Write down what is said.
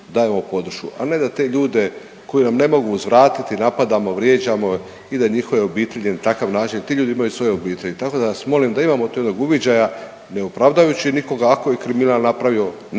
dajemo podršku, a ne da te ljude koji nam ne mogu uzvratiti napadamo, vrijeđamo i da njihove obitelji na takav način ti ljudi imaju svoje obitelji. Tako da vas molim da imamo … uviđaja ne opravdavajući nikoga ako je kriminal napravio, neko